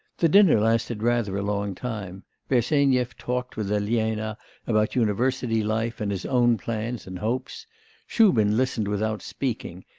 the dinner lasted rather a long time bersenyev talked with elena about university life, life, and his own plans and hopes shubin listened without speaking,